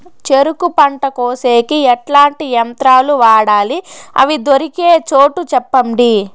చెరుకు పంట కోసేకి ఎట్లాంటి యంత్రాలు వాడాలి? అవి దొరికే చోటు చెప్పండి?